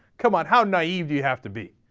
come on, how naive do you have to be?